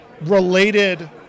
related